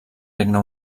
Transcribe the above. regne